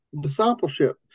discipleship